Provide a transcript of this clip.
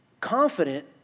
confident